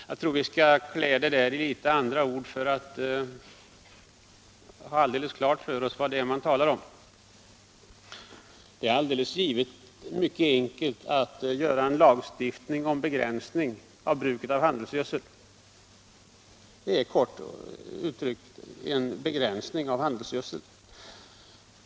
Jag tror att det kan vara klargörande att kläda detta förslag i något andra ord. Det är alldeles givet att man mycket enkelt kan lagstifta om begränsning av bruket av handelsgödsel.